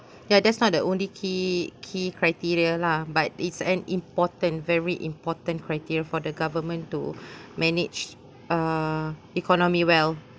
ya that's not the only key key criteria lah but it's an important very important criteria for the government to manage uh economy well